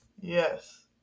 Yes